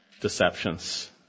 deceptions